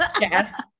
Yes